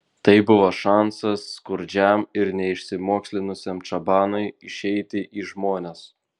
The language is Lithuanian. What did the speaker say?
tai buvo šansas skurdžiam ir neišsimokslinusiam čabanui išeiti į žmones